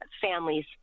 families